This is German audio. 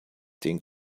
den